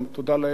תודה לאל,